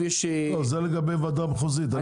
זה לגבי ועדה מחוזית.